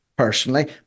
personally